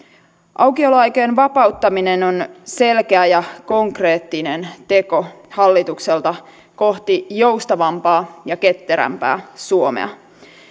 aukioloaikojen vapauttaminen on selkeä ja konkreettinen teko hallitukselta kohti joustavampaa ja ketterämpää suomea